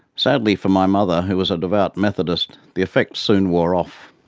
sadly for my mother, who was a devout methodist, the effect soon wore off.